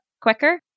quicker